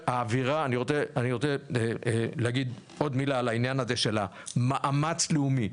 עודד, אגיד עוד מילה על העניין הזה של מאמץ לאומי.